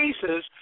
cases